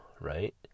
right